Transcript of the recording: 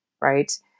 Right